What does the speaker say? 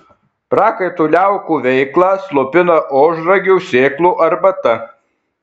prakaito liaukų veiklą slopina ožragių sėklų arbata